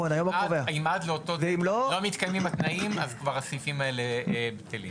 אם עד לאותו דד-ליין לא מתקיימים התנאים הסעיפים האלה בטלים.